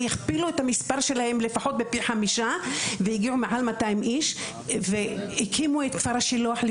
והכפילו את המספר שלהם לפחות פי 5. הגיעו מעל 200 איש והקימו את כפר השילוח.